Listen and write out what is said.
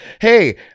hey